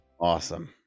awesome